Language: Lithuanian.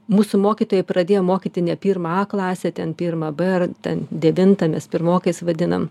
mūsų mokytojai pradėjo mokyti ne pirmą a klasę ten pirmą b ar ten devintą mes pirmokais vadinam